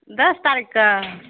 दश तारीख कऽ